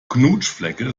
knutschflecke